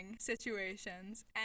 situations